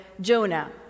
Jonah